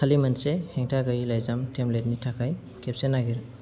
खालि मोनसे हेंथा गैयै लाइजाम टेम्पलेटनि थाखाय खेबसे नागिर